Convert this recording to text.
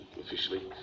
officially